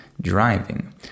driving